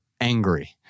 angry